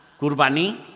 Kurbani